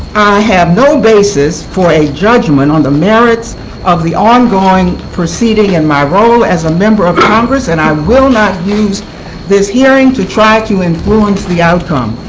have no basis for a judgment on the merits of the ongoing proceeding in my role as a member of congress, and i will not use this hearing to try to influence the outcome.